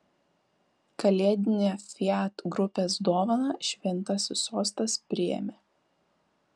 kalėdinę fiat grupės dovaną šventasis sostas priėmė